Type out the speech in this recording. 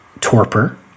torpor